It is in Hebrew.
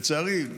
לצערי,